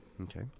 Okay